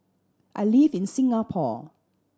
I live in Singapore